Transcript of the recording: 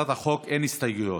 להצעת החוק אין הסתייגויות,